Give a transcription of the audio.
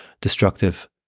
destructive